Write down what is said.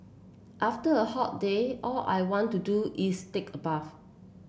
after a hot day all I want to do is take a bath